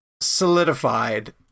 solidified